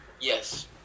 yes